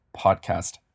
podcast